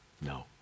no